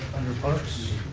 under parks,